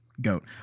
GOAT